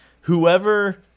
whoever